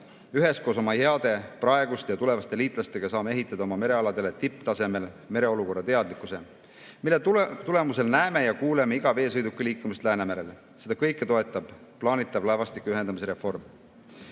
Üheskoos oma heade praeguste ja tulevaste liitlastega saame ehitada oma merealadele tipptasemel mereolukorrateadlikkuse, mille tulemusel näeme ja kuuleme iga veesõiduki liikumist Läänemerel. Seda kõike toetab plaanitav laevastike ühendamise reform,